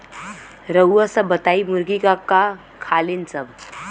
रउआ सभ बताई मुर्गी का का खालीन सब?